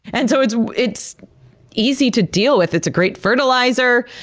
and so it's it's easy to deal with. it's a great fertilizer.